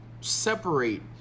separate